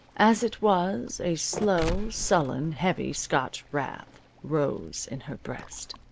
as it was, a slow, sullen, heavy scotch wrath rose in her breast.